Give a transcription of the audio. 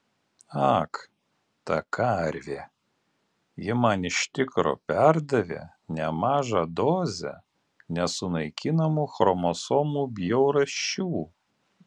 ak ta karvė ji man iš tikro perdavė nemažą dozę nesunaikinamų chromosomų bjaurasčių